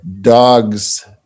dogs